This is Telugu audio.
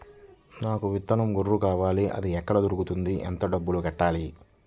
నాకు విత్తనం గొర్రు కావాలి? అది ఎక్కడ దొరుకుతుంది? ఎంత డబ్బులు కట్టాలి?